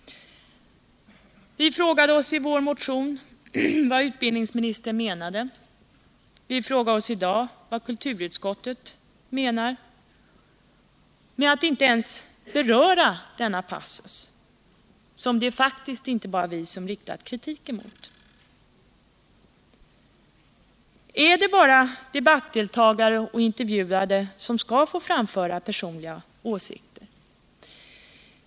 Vi frågade oss i vår motion vad utbildningsministern menade, och vi frågar oss i dag vad kulturutskottet menar med att inte ens beröra denna passus, som det faktiskt inte bara är vi som riktat kritik emot. Är det bara debattdeltagare och intervjuade som skall få framföra personliga åsikter?